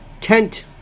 tent